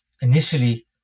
initially